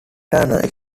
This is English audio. turner